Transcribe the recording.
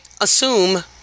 assume